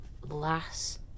Last